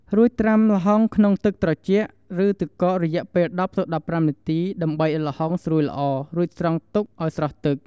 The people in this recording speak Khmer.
រួចត្រាំល្ហុងក្នុងទឹកត្រជាក់ ឬទឹកកករយៈពេល ១០-១៥ នាទី ដើម្បីឲ្យល្ហុងស្រួយល្អ រួចស្រង់ទុកឲ្យស្រស់ទឹក។